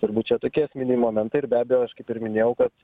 turbūt čia tokie esminiai momentai ir be abejo aš kaip ir minėjau kad